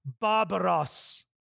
barbaros